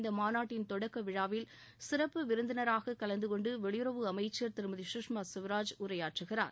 இந்த மாநட்டின் தொடக்க விழாவில் சிறப்பு விருந்தினராக கலந்து கொண்டு வெளியுறவு அமைச்சர் திருமதி சுஷ்மா சுவராஜ் உரையாற்றவுள்ளார்